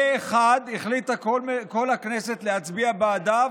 פה אחד החליטה כל הכנסת להצביע בעדה.